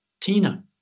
Tina